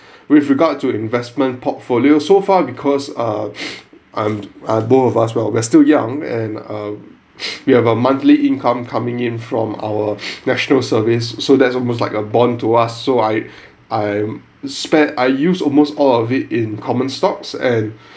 with regard to investment portfolio so far because uh and ah both of us well we're still young and uh we have a monthly income coming in from our national service so that's almost like a bond to us so I I spent I use almost all of it in common stocks and